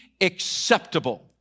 acceptable